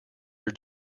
your